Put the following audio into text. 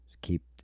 keep